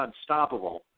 unstoppable